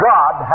God